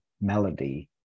melody